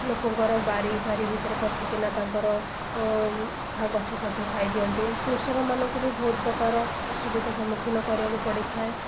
ଲୋକଙ୍କର ବାରି ଫାରି ଭିତରେ ପଶିକିନା ତାଙ୍କର ଗଛ ଫଛ ଖାଇ ଦିଅନ୍ତି କୃଷକମାନଙ୍କୁ ବି ବହୁତ ପ୍ରକାର ଅସୁବିଧା ସମ୍ମୁଖୀନ କରିବାକୁ ପଡ଼ିଥାଏ